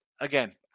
again